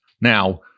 Now